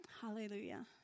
Hallelujah